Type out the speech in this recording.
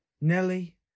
Nelly